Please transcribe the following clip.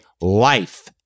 life